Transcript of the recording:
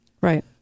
Right